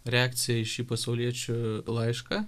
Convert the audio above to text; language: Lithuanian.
reakcija į šį pasauliečių laišką